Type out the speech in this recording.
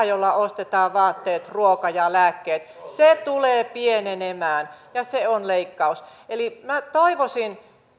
jolla ostetaan vaatteet ruoka ja lääkkeet tulee pienenemään ja se on leikkaus eli minä toivoisin